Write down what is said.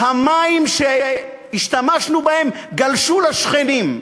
המים שהשתמשנו בהם גלשו לשכנים,